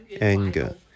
anger